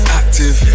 active